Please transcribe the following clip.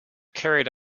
carried